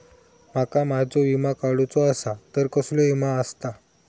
माका माझो विमा काडुचो असा तर कसलो विमा आस्ता?